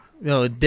No